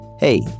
Hey